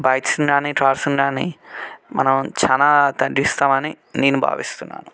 బైక్స్ని కానీ కార్స్ని కానీ మనం చాలా తగ్గిస్తామని నేను భావిస్తున్నాను